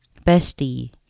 bestie